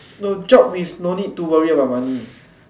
no job with no need to worry about money